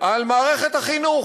מערכת החינוך,